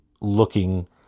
looking